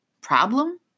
problem